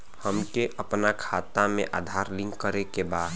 हमके अपना खाता में आधार लिंक करें के बा?